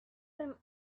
them